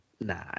nah